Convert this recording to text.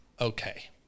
okay